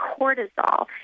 cortisol